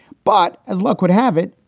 but as luck would have it,